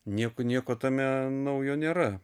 nieko nieko tame naujo nėra